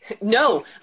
No